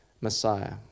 Messiah